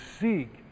seek